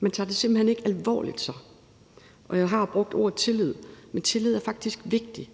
Man tager det simpelt hen ikke alvorligt. Jeg har brugt ordet tillid, men tillid er faktisk vigtigt.